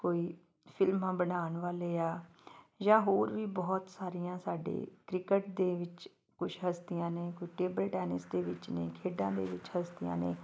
ਕੋਈ ਫਿਲਮਾਂ ਬਣਾਉਣ ਵਾਲੇ ਆ ਜਾਂ ਹੋਰ ਵੀ ਬਹੁਤ ਸਾਰੀਆਂ ਸਾਡੇ ਕ੍ਰਿਕਟ ਦੇ ਵਿੱਚ ਕੁਝ ਹਸਤੀਆਂ ਨੇ ਕੋਈ ਟੇਬਲ ਟੈਨਿਸ ਦੇ ਵਿੱਚ ਨੇ ਖੇਡਾਂ ਦੇ ਵਿੱਚ ਹਸਤੀਆਂ ਨੇ